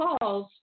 calls